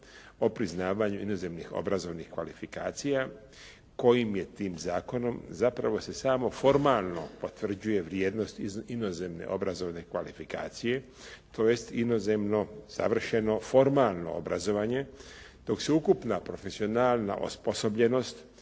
o priznavanju inozemnih obrazovnih kvalifikacija kojim je tim zakonom zapravo se samo formalno potvrđuje vrijednost inozemne obrazovne kvalifikacije, tj. inozemno savršeno formalno obrazovanje dok se ukupna profesionalna osposobljenost,